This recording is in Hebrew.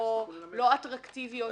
לא אטרקטיביות, היא אפשרות קיימת.